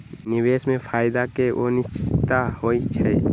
निवेश में फायदा के अनिश्चितता होइ छइ